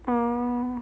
orh